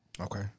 Okay